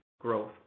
growth